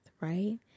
right